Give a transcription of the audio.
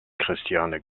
christiane